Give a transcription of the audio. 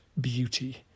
beauty